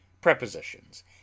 Prepositions